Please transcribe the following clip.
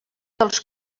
dels